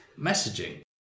messaging